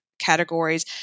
categories